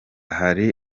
hari